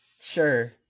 Sure